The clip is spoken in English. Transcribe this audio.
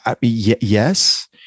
yes